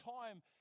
time